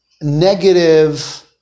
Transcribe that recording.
negative